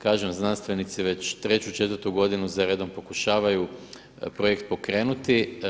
Kažem znanstvenici već treću, četvrtu godinu za redom pokušavaju projekt pokrenuti.